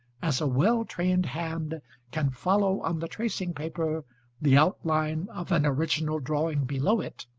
as a well-trained hand can follow on the tracing-paper the outline of an original drawing below it,